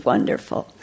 Wonderful